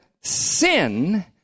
sin